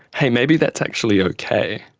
hey, maybe that's actually okay,